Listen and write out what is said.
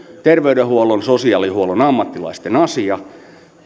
terveydenhuollon ja sosiaalihuollon ammattilaisten asia